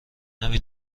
نمی